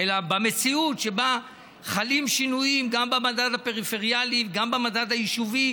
אלא במציאות שבה חלים שינויים גם במדד הפריפריאלי וגם במדד היישובי,